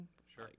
Sure